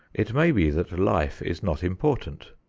it may be that life is not important.